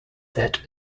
that